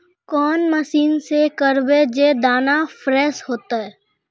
कौन मशीन से करबे जे दाना फ्रेस होते?